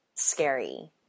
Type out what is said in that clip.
scary